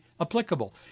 applicable